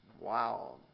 Wow